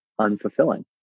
unfulfilling